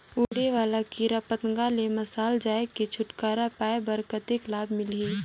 उड़े वाला कीरा पतंगा ले मशाल जलाय के छुटकारा पाय बर कतेक लाभ मिलही?